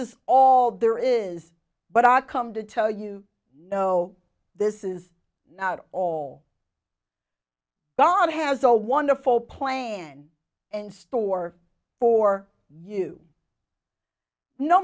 is all there is but i've come to tell you know this is not all bad has a wonderful plan and store for you no